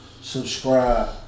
Subscribe